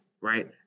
right